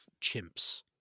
chimps